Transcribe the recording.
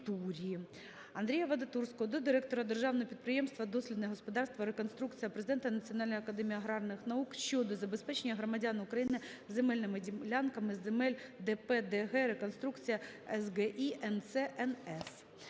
Андрія Вадатурського до директора державного підприємства "Дослідне господарство "Реконструкція", президента Національної академії аграрних наук щодо забезпечення громадян України земельними ділянками з земель ДП ДГ "Реконструкція" СГІ НЦНС.